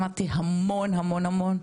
למדתי המון המון המון.